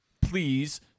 please